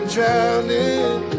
drowning